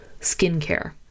skincare